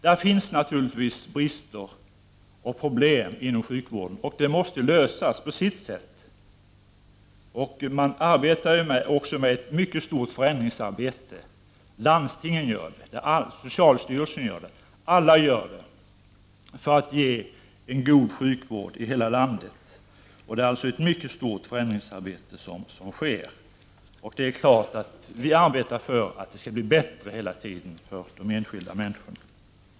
Det finns naturligtvis brister och problem inom sjukvården, och de måste lösas. Man håller också på med ett mycket stort förändringsarbete — landstingen gör det, socialstyrelsen gör det, alla gör det — för att ge en god sjuk vård åt hela landet. Det är klart att vi arbetar för att det skall bli bättre hela tiden för de enskilda människorna.